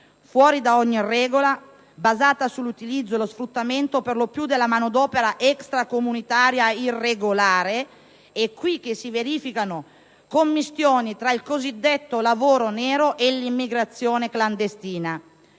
fuori da ogni regola basata sull'utilizzo e lo sfruttamento per lo più della manodopera extracomunitaria irregolare. È proprio qui che si verificano commistioni tra il cosiddetto lavoro nero e l'immigrazione clandestina.